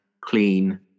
clean